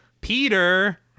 Peter